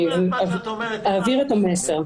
אעביר את המסר.